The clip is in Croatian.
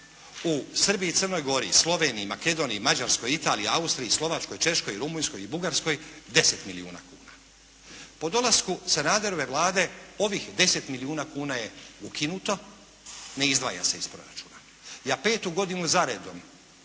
u Srbiji, Crnoj Gori, Sloveniji, Makedoniji, Mađarskoj, Italiji, Austriji, Slovačkoj, Češkoj, Rumunjskoj i Bugarskoj 10 milijuna kuna. Po dolasku Sanaderove Vlade ovih 10 milijuna kuna je ukinuto, ne izdvaja se iz proračuna. Ja petu godinu zaredom